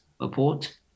report